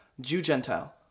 Jew-Gentile